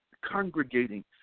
congregating